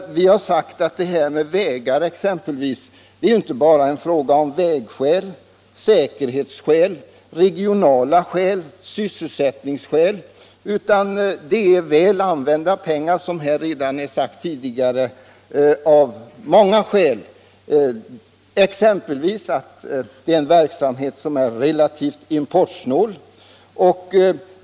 Vi har sagt att detta med vägar inte bara är en fråga om vägarna som sådana utan också en fråga om säkerhetskäl, regionala skäl och sysselsättningsskäl. Det är på många områden väl använda pengar som sagts här tidigare. Det är exempelvis en verksamhet som är relativt importsnål.